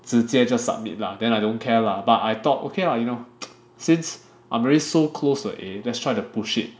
直接就 submit lah then I don't care lah but I thought okay lah you know since I'm already so close to A let's try to push it